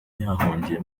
yahungiye